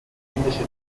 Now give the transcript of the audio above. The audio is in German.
englische